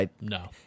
No